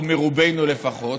או לרובנו לפחות,